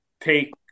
take